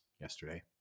yesterday